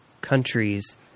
countries